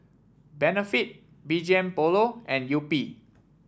Benefit B G M Polo and Yupi